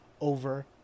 over